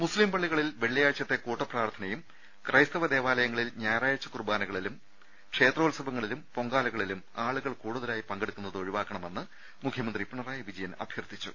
മുസ്ലിം പള്ളികളിൽ വെള്ളിയാഴ്ചത്തെ കൂട്ടപ്രാർത്ഥ നയും ക്രൈസ്തവ ദേവാലയങ്ങളിലെ ഞായറാഴ്ച കുർബാനകളിലും ക്ഷേത്രോത്സവങ്ങളിലും പൊങ്കാല കളിലും ആളുകൾ കൂടുതലായി പങ്കെടുക്കുന്നത് ഒഴി വാക്കണമെന്ന് മുഖ്യമന്ത്രി പിണറായി പിജയൻ അഭ്യർത്ഥിച്ചു